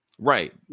right